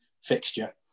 fixture